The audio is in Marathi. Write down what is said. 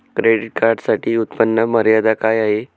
क्रेडिट कार्डसाठी उत्त्पन्न मर्यादा काय आहे?